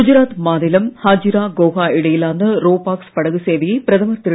குஜராத் மாநிலம் ஹஜீரா கோகா இடையிலான ro pax படகு சேவையை பிரதமர் திரு